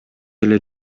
эле